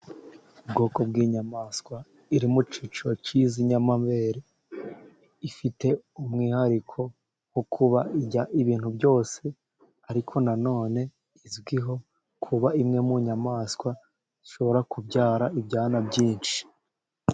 Ubwoko bw'inyamaswa iri mu cyiciro cy'iz'inyamabere, ifite umwihariko wo kuba irya ibintu byose, ariko nanone izwiho kuba imwe mu nyamaswa ishobora kubyara ibyana byinshi.